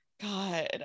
god